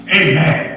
amen